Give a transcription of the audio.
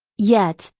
yet,